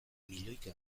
milioika